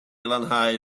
lanhau